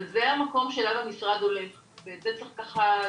אבל זה המקום שלנו במשרד, ואת זה צריך להפנים.